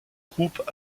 groupe